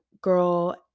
girl